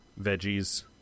veggies